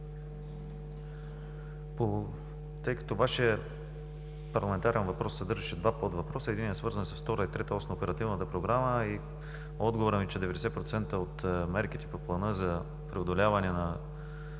ВЪЛЧЕВ: Вашият парламентарен въпрос съдържаше два подвъпроса. Единият е свързан с Втора и Трета ос на Оперативната програма. Отговорът ми е, че 90% от мерките по плана за преодоляване на